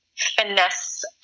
finesse